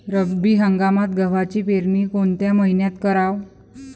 रब्बी हंगामात गव्हाची पेरनी कोनत्या मईन्यात कराव?